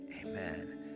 amen